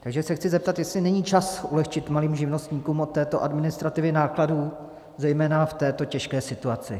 Takže se chci zeptat, jestli není čas ulehčit malým živnostníkům od této administrativy nákladů zejména v této těžké situaci.